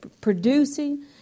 producing